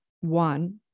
One